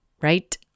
right